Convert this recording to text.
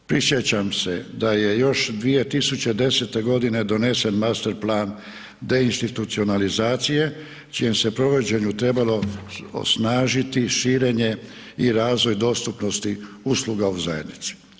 Prisjećam se da je još 2010. godine donesen master plan deinstitucionalizacije čijem se provođenju trebalo osnažiti i širenje i razvoj dostupnosti usluga u zajednici.